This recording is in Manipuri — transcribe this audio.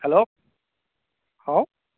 hello how